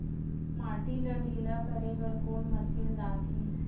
माटी ला ढिल्ला करे बर कोन मशीन लागही?